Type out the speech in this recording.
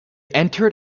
entered